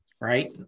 right